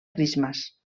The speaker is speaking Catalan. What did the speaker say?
christmas